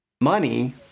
money